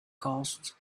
costs